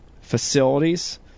facilities